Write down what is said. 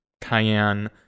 Cayenne